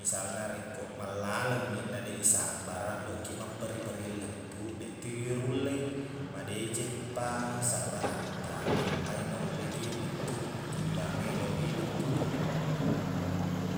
misalna rekko mallalengngi nadeq isabbaraq eloqkiq mapperri-perri lettuqdeqto riyullei madeceppa sabbaraqtaq nappai nullekiq lettuq ko tujuangnge eloq iletturi